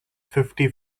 fifty